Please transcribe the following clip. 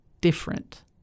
different